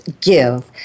give